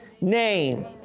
name